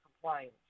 compliance